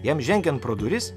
jam žengiant pro duris